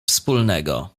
wspólnego